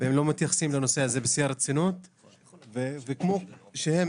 והם לא מתייחסים לנושא הזה בשיא הרצינות וכמו שהם